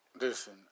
Listen